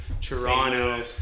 Toronto